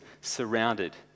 surrounded